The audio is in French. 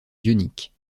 ioniques